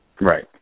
right